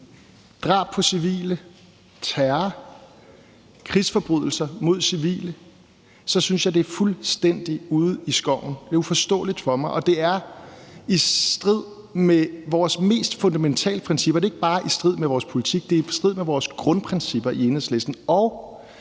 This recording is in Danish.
drab på civile, terror, krigsforbrydelser mod civile, så synes jeg, det er fuldstændig ude i skoven. Det er uforståeligt for mig, og det er i strid med vores mest fundamentale principper. Det er ikke bare i strid med vores politik, men det er i strid med vores grundprincipper i Enhedslisten.